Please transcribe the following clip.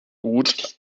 gut